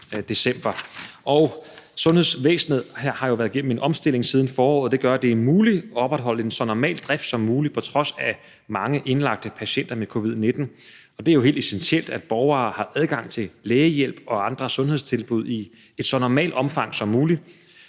Sundhedsvæsenet har jo været igennem den omstilling siden foråret, og det gør, at det er muligt at opretholde en så normal drift som muligt på trods af mange indlagte patienter med covid-19. Det er jo helt essentielt, at borgere har adgang til lægehjælp og andre sundhedstilbud i et så normalt omfang, som det